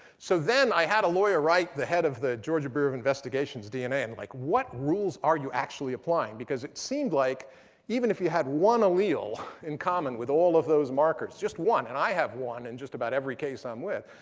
so then i had a lawyer write the head of the georgia bureau of investigations dna, and like, what rules are you actually applying? because it seemed like even if you had one allele in common with all of those markers, just one and i have one in and just about every case i'm with,